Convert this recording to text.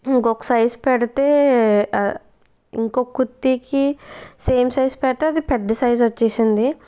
ఇంకొక సైజు పె డితే ఇంకొక కుర్తికి సేమ్ సైజు పెడితే అది పెద్ద సైజు వచ్చేసింది